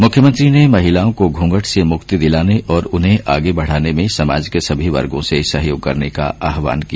मुख्यमंत्री ने महिलाओं को घूंघट से मुक्ति दिलाने और उन्हें आगे बढाने में समाज के सभी वर्गो से सहयोग करने का आहवान किया